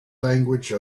language